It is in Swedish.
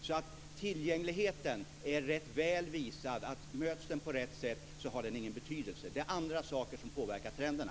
Det är ganska väl visat att möts tillgängligheten på rätt sätt har den ingen betydelse. Det är andra saker som påverkar trenderna.